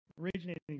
originating